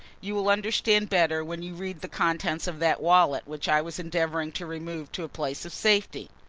you will understand better when you read the contents of that wallet which i was endeavouring to remove to a place of safety.